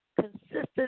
consistent